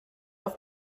auf